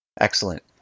Excellent